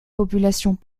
populations